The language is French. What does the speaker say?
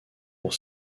pour